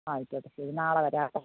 ആയിക്കോട്ടെ ശരി നാളെ വരാം കേട്ടോ